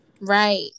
right